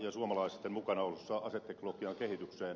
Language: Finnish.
ja suomalaisten mukanaoloon aseteknologian kehityksessä